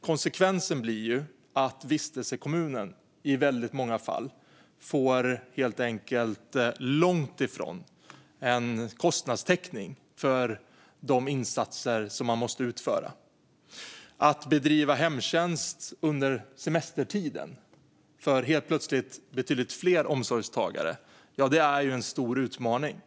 Konsekvensen blir att vistelsekommunen i många fall helt enkelt långt ifrån får den kostnadstäckning för de insatser som måste utföras. Att bedriva hemtjänst under semestertiden för helt plötsligt betydligt fler omsorgstagare är en stor utmaning.